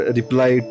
reply